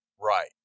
Right